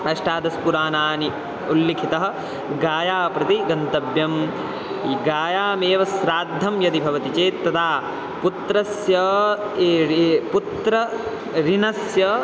अष्टादश पुराणानि उल्लिखितः गयां प्रति गन्तव्यं गयामेव श्राद्धं यदि भवति चेत् तदा पुत्रस्य ए ए पुत्र ऋणस्य